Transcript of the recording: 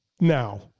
now